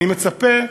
אני מצפה,